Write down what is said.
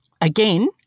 again